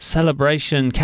Celebration